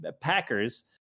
Packers